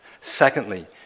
Secondly